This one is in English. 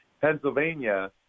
Pennsylvania